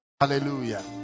Hallelujah